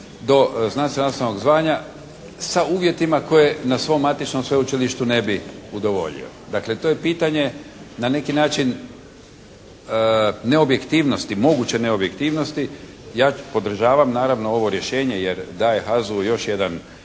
do znanstvenog nacionalnog zvanja sa uvjetima koje na svom matičnom sveučilištu ne bi udovoljio. Dakle to je pitanje na neki način neobjektivnosti, moguće neobjektivnosti. Ja podržavam naravno ovo rješenje jer daje HAZO-u još jedan